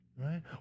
right